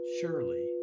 Surely